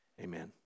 Amen